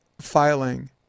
filing